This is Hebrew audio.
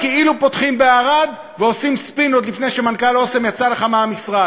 כאילו פותחים בערד ועושים ספין עוד לפני שמנכ"ל "אסם" יצא לך מהמשרד.